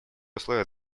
условия